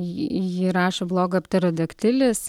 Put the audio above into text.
ji ji rašo blogą ptaradaktilis